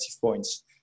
points